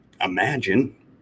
imagine